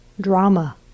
drama